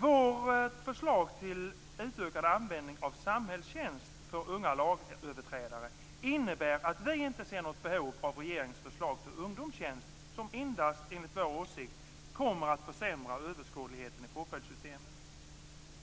Vårt förslag till utökad användning av samhällstjänst för unga lagöverträdare innebär att vi inte ser något behov av regeringens förslag till ungdomstjänst, som enligt vår åsikt endast kommer att försämra överskådligheten i påföljdssystemet.